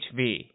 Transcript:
hv